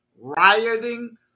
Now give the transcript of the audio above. rioting